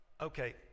Okay